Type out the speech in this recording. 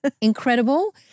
incredible